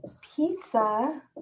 pizza